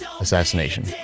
assassination